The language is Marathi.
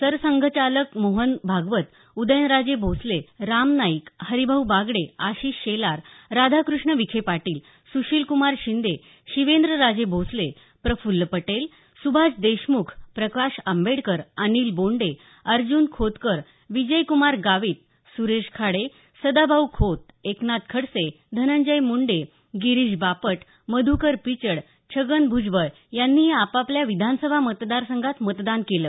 सरसंघचालक मोहन भागवत उदयनराजे भोसले राम नाईक हरिभाऊ बागडे आशिष शेलार राधाकृष्ण विखे पाटील सुशीलकुमार शिंदे शिवेंद्र राजे भोसले प्रफुल्ल पटेल सुभाष देशमुख प्रकाश आंबेडकर अनिल बोंडे अर्जुन खोतकर विजय कुमार गावित सुरेश खाडे सदाभाऊ खोत एकनाथ खडसे धनंजय मुंडे गिरीश बापट मध्वकर पिचड छगन भूजबळ यांनी आपापल्या विधानसभा मतदार संघांत मतदान केलं